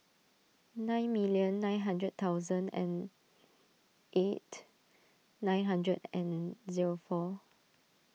nine million nine hundred thousand and eight nine hundred and zero four